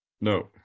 No